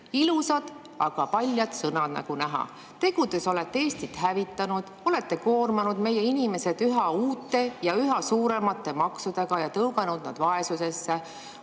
Ilusad, aga paljad sõnad, nagu näha. Tegudes olete Eestit hävitanud. Olete koormanud meie inimesi üha uute ja üha suuremate maksudega ja tõuganud nad vaesusesse.